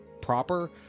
proper